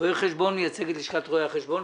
רואה חשבון, מייצג את לשכת רואי החשבון.